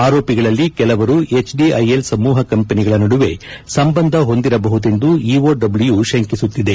ಆರೋಪಿಗಳಲ್ಲಿ ಕೆಲವರು ಎಚ್ಡಿಐಎಲ್ ಸಮೂಹ ಕಂಪನಿಗಳ ನಡುವೆ ಸಂಬಂಧ ಹೊಂದಿರಬಹುದೆಂದು ಇಒಡಬ್ಲೂ ಶಂಕಿಸುತ್ತಿದೆ